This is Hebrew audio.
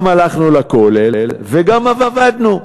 גם הלכנו לכולל וגם עבדנו.